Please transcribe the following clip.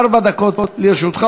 ארבע דקות לרשותך.